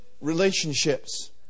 relationships